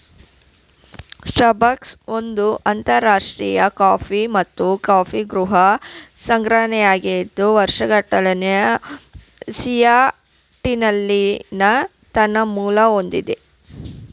Starbucks ಒಂದು ಅಂತರರಾಷ್ಟ್ರೀಯ coffee ಮತ್ತು ಕಾಫಿಗೃಹ ಸರಣಿಯಾಗಿದ್ದು ವಾಷಿಂಗ್ಟನ್ನ ಸಿಯಾಟಲ್ನಲ್ಲಿ ತನ್ನ ಮೂಲ ಹೊಂದಿದೆ